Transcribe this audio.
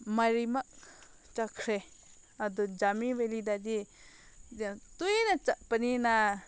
ꯃꯔꯤꯃꯛ ꯆꯠꯈ꯭ꯔꯦ ꯑꯗꯨ ꯖꯥꯃꯤ ꯚꯦꯜꯂꯤꯗꯗꯤ ꯇꯣꯏꯅ ꯆꯠꯄꯅꯤꯅ